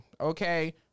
Okay